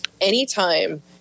anytime